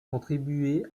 contribué